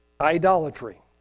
idolatry